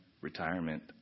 retirement